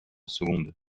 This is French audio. seconde